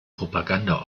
propaganda